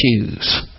choose